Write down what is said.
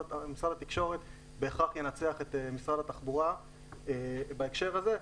התקשורת ינצח את משרד התחבורה בהקשר הזה.